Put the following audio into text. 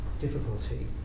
difficulty